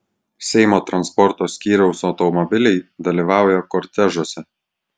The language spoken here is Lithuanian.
seimo transporto skyriaus automobiliai dalyvauja kortežuose